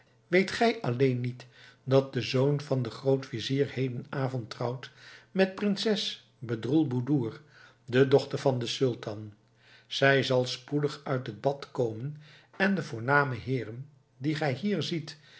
weet gij alleen niet dat de zoon van den grootvizier hedenavond trouwt met prinses bedroelboedoer de dochter van den sultan zij zal spoedig uit het bad komen en de voorname heeren die gij hier ziet